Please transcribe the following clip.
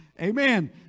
Amen